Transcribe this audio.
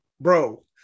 bro